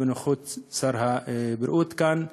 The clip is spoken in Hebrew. בנוכחות שר הבריאות כאן,